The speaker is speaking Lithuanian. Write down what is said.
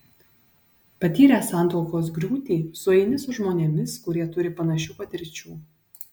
patyręs santuokos griūtį sueini su žmonėmis kurie turi panašių patirčių